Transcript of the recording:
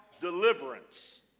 deliverance